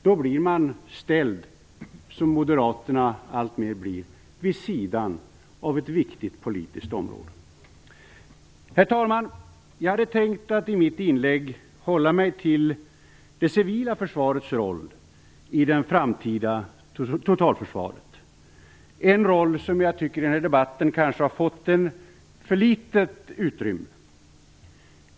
Då blir man ställd vid sidan av ett viktigt politiskt område, som moderaterna alltmer blir. Herr talman! Jag hade tänkt att i mitt inlägg hålla mig till det civila försvarets roll i det framtida totalförsvaret, en roll som jag tycker har fått för litet utrymme i denna debatt.